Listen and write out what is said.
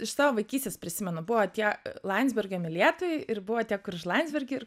iš savo vaikystės prisimenu buvo tie landsbergio mylėtojai ir buvo tie kur už landsbergį ir